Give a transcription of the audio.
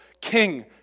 King